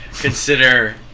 consider